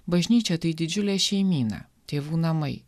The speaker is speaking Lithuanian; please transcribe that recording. bažnyčia tai didžiulė šeimyna tėvų namai